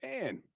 Man